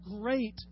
great